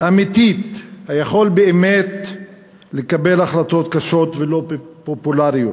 אמיתית היכולה באמת לקבל החלטות קשות ולא פופולריות,